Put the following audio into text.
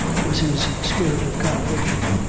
was his spirit of contradiction,